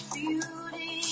beauty